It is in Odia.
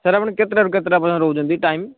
ସାର୍ ଆପଣ କେତେଟାରୁ କେତେଟା ପର୍ଯ୍ୟନ୍ତ ରହୁଛନ୍ତି ଟାଇମ୍